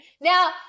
now